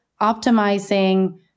optimizing